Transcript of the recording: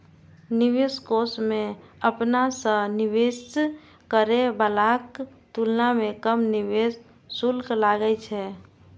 निवेश कोष मे अपना सं निवेश करै बलाक तुलना मे कम निवेश शुल्क लागै छै